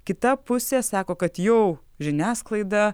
kita pusė sako kad jau žiniasklaida